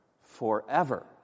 forever